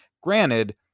Granted